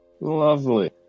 Lovely